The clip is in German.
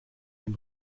dem